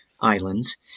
islands